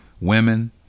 women